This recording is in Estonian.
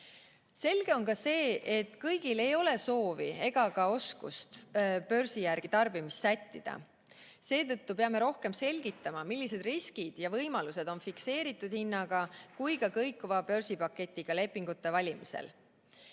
Selge on see, et kõigil ei ole soovi ega ka oskust börsi järgi tarbimist sättida. Seetõttu peame rohkem selgitama, millised riskid ja võimalused on nii fikseeritud hinnaga kui ka kõikuva börsipaketiga lepingute valimisel.